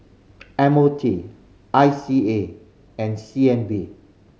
M O T I C A and C N B